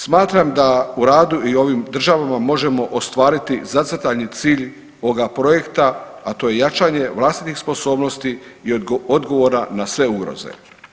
Smatram da u radu i u ovom državama možemo ostvariti zacrtani cilj ovoga projekta, a to je jačanje vlastitih sposobnosti i odgovora na sve ugroze.